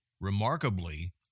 remarkably